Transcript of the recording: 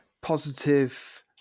positive